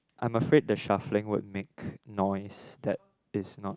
I'm afraid that shuffling would make noise that is not